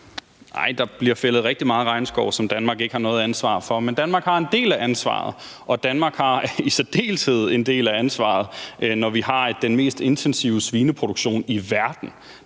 Nej, der bliver fældet rigtig meget regnskov, som Danmark ikke har noget ansvar for, men Danmark har en del af ansvaret, og Danmark har i særdeleshed en del af ansvaret, når vi har den mest intensive svineproduktion i verden.